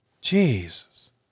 Jesus